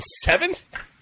seventh